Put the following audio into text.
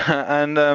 and